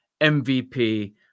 MVP